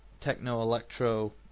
techno-electro